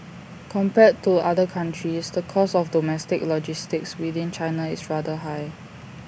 compared to other countries the cost of domestic logistics within China is rather high